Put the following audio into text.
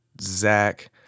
Zach